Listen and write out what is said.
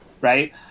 right